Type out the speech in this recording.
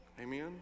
Amen